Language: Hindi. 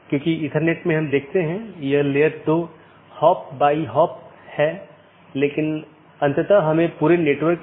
चौथा वैकल्पिक गैर संक्रमणीय विशेषता है